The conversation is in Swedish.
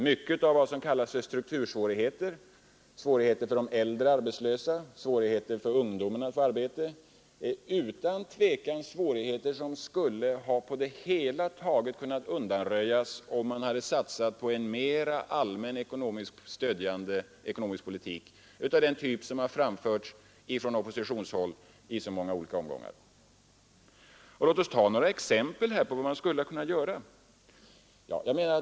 Mycket av vad som kallas för struktursvårigheter, svårigheter för de äldre arbetslösa, svårigheter för ungdomen att få arbete, är utan tvivel svårigheter som på det hela taget skulle ha kunnat undanröjas, om man satsat på en mera allmän, stödjande ekonomisk politik av den typ som föreslagits från oppositionshåll i så många olika omgångar. Låt oss ta några exempel på vad som skulle ha kunnat göras.